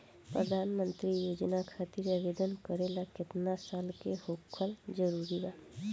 प्रधानमंत्री योजना खातिर आवेदन करे ला केतना साल क होखल जरूरी बा?